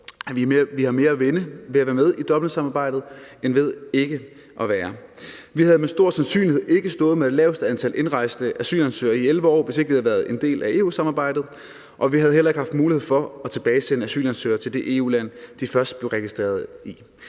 vi har mere at vinde ved at være med i Dublinsamarbejdet end ved ikke at være med. Vi havde med stor sandsynlighed ikke stået med det laveste antal indrejsende asylansøgere i 11 år, hvis vi ikke havde været en del af EU-samarbejdet, og vi havde heller ikke haft mulighed for at tilbagesende asylansøgere til det EU-land, de først blev registreret i.